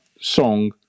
song